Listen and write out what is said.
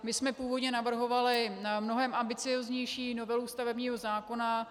My jsme původně navrhovali mnohem ambicióznější novelu stavebního zákona.